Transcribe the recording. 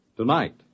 Tonight